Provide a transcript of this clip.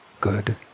good